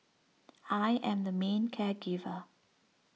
I am the main care giver